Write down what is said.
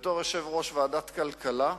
בתור יושב-ראש ועדת הכלכלה,